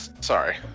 Sorry